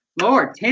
Lord